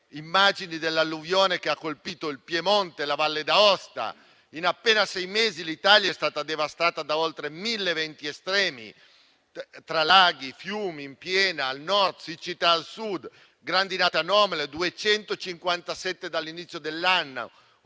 immagini dell'alluvione che in questi giorni ha colpito il Piemonte e la Valle d'Aosta. In appena sei mesi l'Italia è stata devastata da oltre mille eventi estremi tra laghi e fiumi in piena al Nord, siccità al Sud, 257 grandinate anomale dall'inizio dell'anno, 86